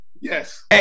Yes